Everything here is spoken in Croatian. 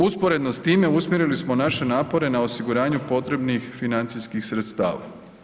Usporedno s time usmjerili smo naše napore na osiguranju potrebnih financijskih sredstava.